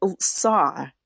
saw